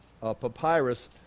papyrus